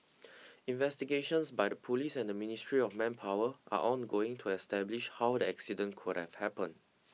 investigations by the police and the Ministry of Manpower are ongoing to establish how the accident could have happened